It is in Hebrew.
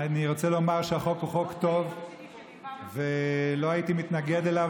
אני רוצה לומר שהחוק הוא חוק טוב ולא הייתי מתנגד לו,